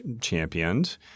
championed